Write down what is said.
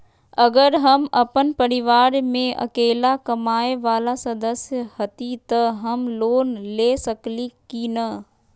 अगर हम अपन परिवार में अकेला कमाये वाला सदस्य हती त हम लोन ले सकेली की न?